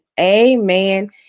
amen